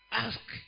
ask